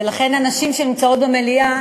ולכן הנשים שנמצאות במליאה,